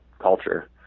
culture